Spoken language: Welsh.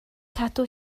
cadw